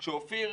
כשאופיר,